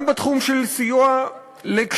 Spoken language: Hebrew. גם בתחום של סיוע לקשישים,